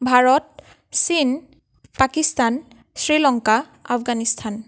ভাৰত চীন পাকিস্তান শ্ৰীলংকা আফগানিস্থান